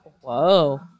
Whoa